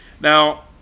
Now